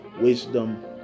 wisdom